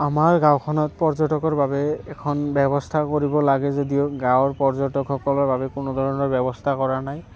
আমাৰ গাঁওখনত পৰ্যটকৰ বাবে এখন ব্যৱস্থা কৰিব লাগে যদিও গাঁৱৰ পৰ্যটকসকলৰ বাবে কোনো ধৰণৰ ব্যৱস্থা কৰা নাই